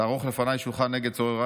תערך לפני שלחן נגד צררי.